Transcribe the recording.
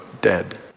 dead